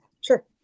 sure